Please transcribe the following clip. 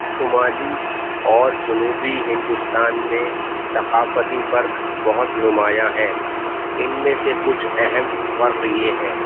شمالی اور جنوبی ہندوستان میں ثقافتی فرق بہت نمایاں ہیں ان میں سے کچھ اہم فرق یہ ہیں